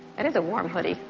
and is a warm hoodie.